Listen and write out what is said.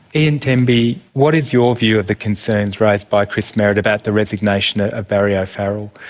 ian temby, what is your view of the concerns raised by chris merritt about the resignation ah of barry o'farrell?